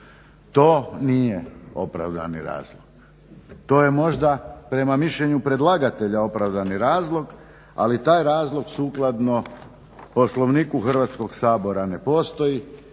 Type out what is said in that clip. To nije opravdani razlog. To je možda prema mišljenju predlagatelja opravdani razlog, ali taj razlog sukladno Poslovniku Hrvatskog sabora ne postoji,